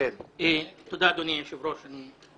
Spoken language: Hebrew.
אדוני היושב-ראש, אני